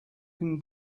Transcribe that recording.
can